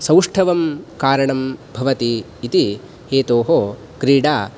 सौष्टवं कारणं भवति इति हेतोः क्रीडा